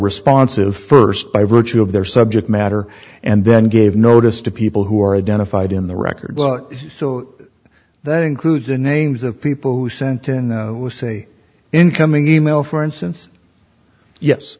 responsive first by virtue of their subject matter and then gave notice to people who are identified in the record so that includes the names of people who sent in the incoming email for instance yes